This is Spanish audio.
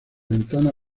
ventana